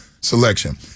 selection